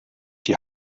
die